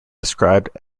described